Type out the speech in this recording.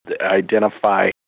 identify